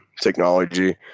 technology